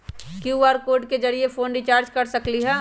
QR code के जरिय phone recharge कर सकली ह?